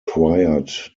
required